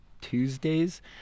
Tuesdays